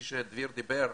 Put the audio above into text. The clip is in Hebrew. כפי שדביר אמר,